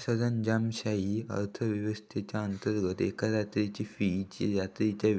सरंजामशाही व्यवस्थेच्याअंतर्गत एका रात्रीची फी जी रात्रीच्या